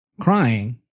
crying